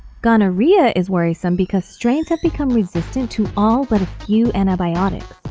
gonorrhea is worrisome because strains have become resistant to all but a few antibiotics.